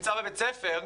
נמצא בבית הספר,